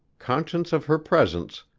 conscious of her presence,